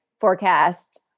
forecast